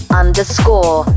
underscore